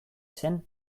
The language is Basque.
zen